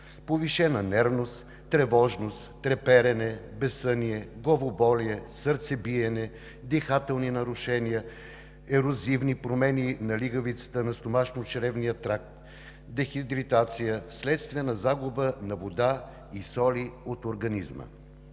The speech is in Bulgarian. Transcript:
повишена нервност, тревожност, треперене, безсъние, главоболие, сърцебиене, дихателни нарушения, ерозивни промени на лигавицата на стомашно-чревния тракт, дехидратация, вследствие на загуба на вода и соли от организма.